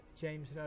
James